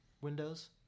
windows